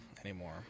anymore